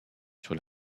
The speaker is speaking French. sur